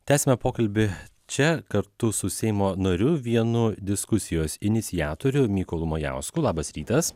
tęsiame pokalbį čia kartu su seimo nariu vienu diskusijos iniciatoriu mykolu majausku labas rytas